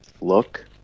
look